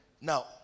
Now